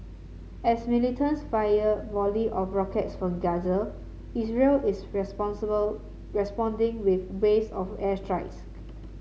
as militants fire volley of rockets from Gaza Israel is responsible responding with waves of airstrikes